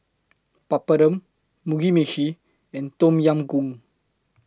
Papadum Mugi Meshi and Tom Yam Goong